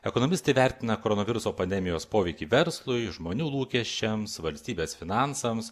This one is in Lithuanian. ekonomistai vertina koronaviruso pandemijos poveikį verslui žmonių lūkesčiams valstybės finansams